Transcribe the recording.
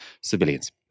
civilians